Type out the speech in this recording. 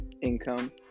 income